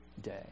day